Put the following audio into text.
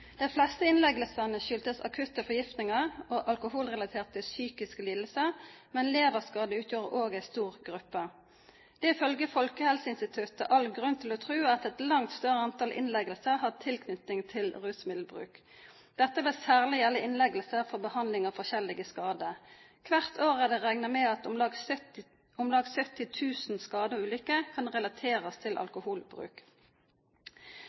De fleste innleggelsene skyldtes akutte forgiftninger og alkoholrelaterte psykiske lidelser, men leverskader utgjorde også en stor gruppe. Det er ifølge Folkehelseinstituttet all grunn til å tro at et langt større antall innleggelser har tilknytning til rusmiddelbruk. Dette vil særlig gjelde innleggelser for behandling av forskjellige skader. Hvert år er det regnet med at om lag 70 000 skader og ulykker kan relateres til